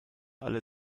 alle